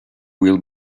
will